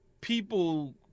people